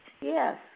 Yes